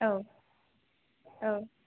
औ औ